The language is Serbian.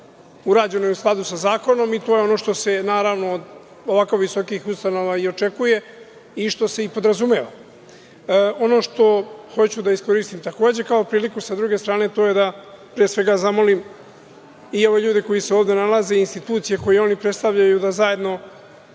urađeno je u skladu sa zakonom i to je ono što se od ovako visokih ustanova i očekuje i što se i podrazumeva. Ono što hoću da iskoristim, takođe kao priliku sa druge strane, to je da, pre svega zamolim i ove ljude koji se ovde nalaze i institucije koje oni predstavljaju da zajedno